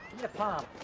the palm.